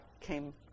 came